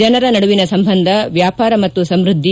ಜನರ ನಡುವಿನ ಸಂಬಂಧ ವ್ಯಾಪಾರ ಮತ್ತು ಸಮೃದ್ಧಿ